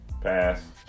Pass